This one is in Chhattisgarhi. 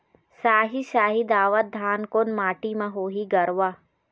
साही शाही दावत धान कोन माटी म होही गरवा?